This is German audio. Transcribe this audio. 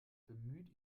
bemüht